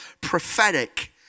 prophetic